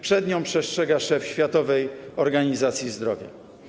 Przed nią przestrzega szef Światowej Organizacji Zdrowia.